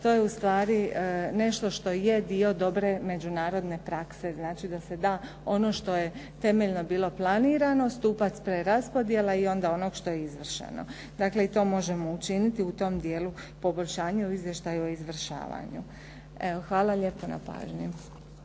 to je ustvari nešto što je dio dobre međunarodne prakse, znači da se da ono što je temeljno bilo planirano stupac preraspodjele i onda onog što je izvršeno. Dakle i to možemo učiniti u tom dijelu poboljšanja u izvještaju o izvršavanju. Evo hvala lijepo na pažnji.